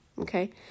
okay